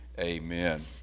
Amen